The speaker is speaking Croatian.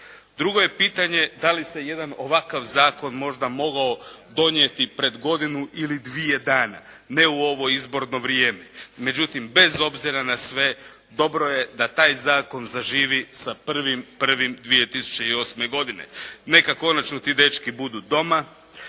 Drugo je pitanje da li se jedan ovakav zakon možda mogao donijeti pred godinu ili dvije dana, ne u ovo izborno vrijeme. Međutim, bez obzira na sve dobro je da taj zakon zaživi sa 1.1.2008. godine. Neka konačno ti dečki budu doma.